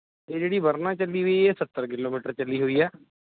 ਇਹ ਜਿਹੜੀ ਵਰਨਾ ਚੱਲੀ ਹੋਈ ਹੈ ਇਹ ਸੱਤਰ ਕਿਲੋਮੀਟਰ ਚੱਲੀ ਹੋਈ ਹੈ